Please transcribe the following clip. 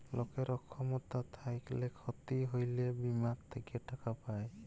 লকের অক্ষমতা থ্যাইকলে ক্ষতি হ্যইলে বীমা থ্যাইকে টাকা পায়